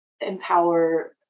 empower